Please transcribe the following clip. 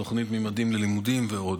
תוכנית ממדים ללימודים ועוד.